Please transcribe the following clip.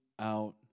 out